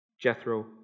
Jethro